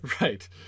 Right